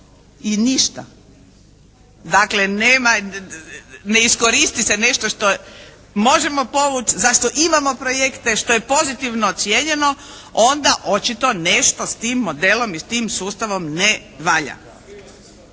i ništa. Dakle nema, ne iskoristi se nešto što možemo povući za što imamo projekte što je pozitivno ocijenjeno, onda očito nešto s tim modelom i s tim sustavom ne valja.